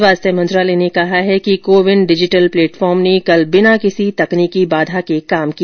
स्वास्थ्य मंत्रालय ने कहा है कि कोविन डिजिटल प्लेटफॉर्म ने कल बिना किसी तकनीकी बाधा के काम किया